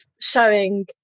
showing